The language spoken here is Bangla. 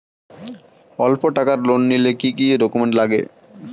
অল্প টাকার লোন নিলে কি কি ডকুমেন্ট লাগে?